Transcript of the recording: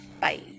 Bye